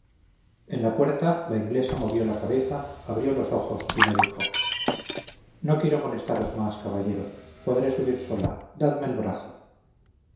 en la puerta la inglesa movió la cabeza abrió los ojos y me dijo no quiero molestaros más caballero podré subir sola dadme el brazo